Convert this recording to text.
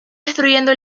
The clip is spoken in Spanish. destruyendo